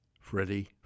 Freddie